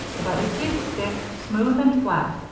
but it did stick, smooth and flat,